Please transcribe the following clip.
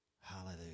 Hallelujah